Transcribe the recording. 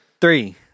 Three